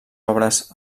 obres